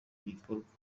gikorwa